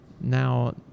now